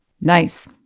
Nice